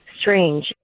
strange